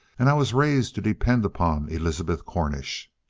and i was raised to depend upon elizabeth cornish.